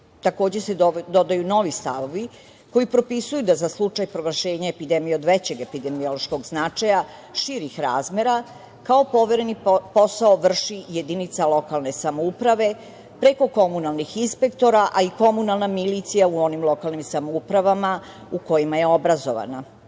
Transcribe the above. nalog. Takođe se dodaju novi stavovi koji propisuju da za slučaj proglašenje epidemije od većeg epidemiološkog značaja širih razmera kao povereni posao vrši jedinica lokalne samouprave preko komunalnih inspektora, a i komunalna milicija u onim lokalnim samoupravama u kojima je obrazovana. Ovde